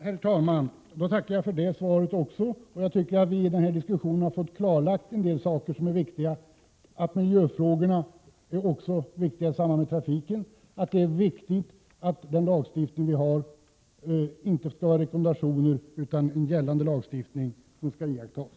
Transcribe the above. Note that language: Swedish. Herr talman! Då tackar jag även för det svaret. Jag tycker att vi i den här diskussionen har fått en del viktiga saker klarlagda: att även miljöfrågorna är viktiga i samband med trafiken och att det är viktigt att den lagstiftning vi har inte skall vara rekommendationer utan en gällande lagstiftning, som skall iakttas.